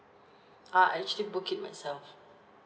uh I actually book it myself